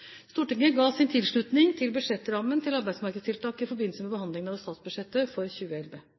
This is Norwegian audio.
Stortinget ga sin tilslutning til budsjettrammen til arbeidsmarkedstiltak i forbindelse med behandlingen av statsbudsjettet for 2011.